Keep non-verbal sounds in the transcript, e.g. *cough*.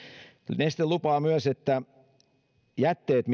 neste lupaa myös että jätteet *unintelligible*